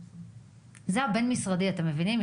זה הבין משרדי, אתם מבינים?